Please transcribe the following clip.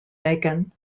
macon